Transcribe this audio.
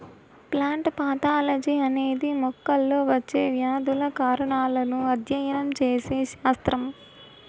plant pathology అనేది మొక్కల్లో వచ్చే వ్యాధుల కారణాలను అధ్యయనం చేసే శాస్త్రం